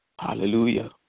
Hallelujah